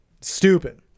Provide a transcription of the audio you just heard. stupid